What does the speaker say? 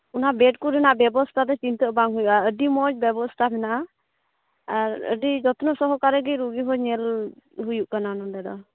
ᱚᱱᱟ ᱵᱮᱰ ᱠᱚᱨᱮᱱᱟᱜ ᱵᱮᱵᱚᱥᱛᱷᱟ ᱫᱚ ᱪᱤᱱᱛᱟᱹᱜ ᱵᱟᱝ ᱦᱩᱭᱩᱜᱼᱟ ᱟᱹᱰᱤ ᱢᱚᱡᱽ ᱵᱮᱵᱚᱥᱛᱷᱟ ᱦᱮᱱᱟᱜᱼᱟ ᱟᱨ ᱟᱹᱰᱤ ᱡᱚᱛᱱᱚ ᱥᱚᱦᱚᱠᱟᱨ ᱛᱮᱜᱮ ᱨᱩᱜᱤ ᱦᱚᱸ ᱧᱮᱞ ᱦᱩᱭᱩᱜ ᱠᱟᱱᱟ ᱱᱚᱰᱮ ᱫᱚ